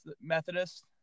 Methodist